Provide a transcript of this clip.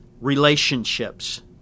Relationships